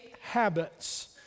habits